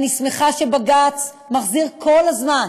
ואני שמחה שבג"ץ מחזיר כל הזמן